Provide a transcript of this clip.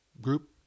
group